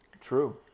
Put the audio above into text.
True